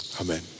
amen